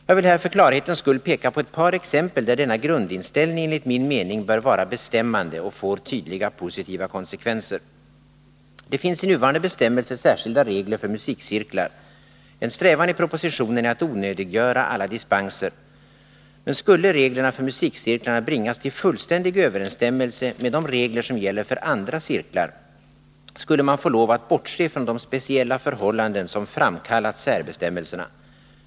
Jag vill här för klarhetens skull peka på ett par exempel där denna grundinställning enligt min mening bör vara bestämmande och får tydliga positiva konsekvenser. Det finns i nuvarande bestämmelser särskilda regler för musikcirklar. En strävan i propositionen är att onödiggöra alla dispenser. Men skulle reglerna för musikcirklarna bringas till fullständig överensstämmelse med de regler som gäller för andra cirklar, skulle man få lov att bortse från de speciella förhållanden som framkallat särbestämmelserna.